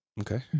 Okay